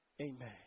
Amen